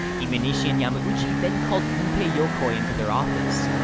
imanishi and yamauchi then called gunpei yokoi into their office.